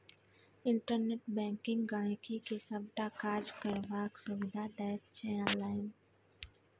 internet banking गांहिकी के सबटा काज करबाक सुविधा दैत छै आनलाइन